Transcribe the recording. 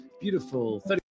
Beautiful